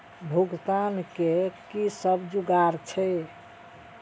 भुगतान के कि सब जुगार छे?